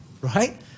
right